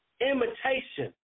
Imitation